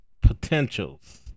potentials